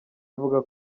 avuga